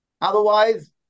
Otherwise